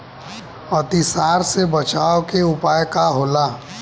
अतिसार से बचाव के उपाय का होला?